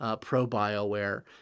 pro-bioware